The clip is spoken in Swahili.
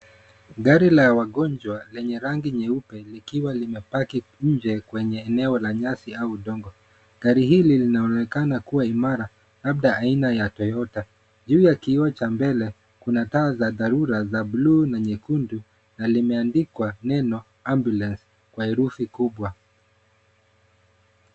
Gari la wagonjwa lenye rangi nyeupe likiwa limepaki nje kwenye eneo la nyasi au udongo. Gari hili linaonekana kuwa imara labda aina ya Toyota. Juu ya kioo cha mbele, kuna taa za dharurua za buluu na nyekundu na limeandikwa neno. Ambulance kwa herufi kubwa.